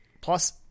Plus